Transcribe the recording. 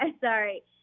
Sorry